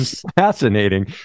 fascinating